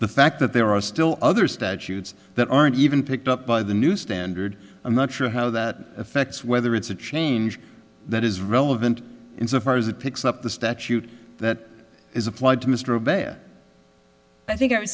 the fact that there are still other statutes that aren't even picked up by the new standard i'm not sure how that affects whether it's a change that is relevant insofar as it picks up the statute that is applied to mr bad i think i would